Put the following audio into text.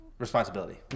Responsibility